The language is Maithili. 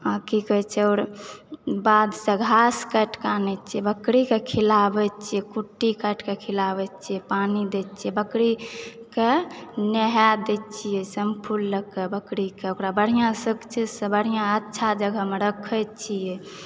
की कहै आओर बाध सऽ घास काटि कऽ आनै छियै खिलाबै छियै बकरी के कुट्टी काटि कऽ खिलाबै छियै पानि दै छियै बकरी के नहा दै छियै शेम्पुल लगाय कऽ बकरी के ओकरा बढ़िऑं सब चीज सऽ बढ़िऑं अच्छा जगहमे रखै छियै